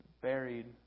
buried